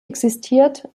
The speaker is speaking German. existiert